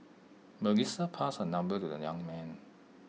Melissa passed her number to the young man